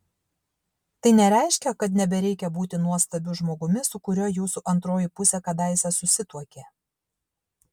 tai nereiškia kad nebereikia būti nuostabiu žmogumi su kuriuo jūsų antroji pusė kadaise susituokė